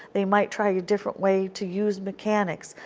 they might try a different way to use mechanics,